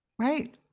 Right